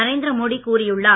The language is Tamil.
நரேந்திர மோடி கூறியுள்ளார்